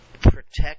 protect